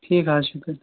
ٹھیٖک حظ شُکر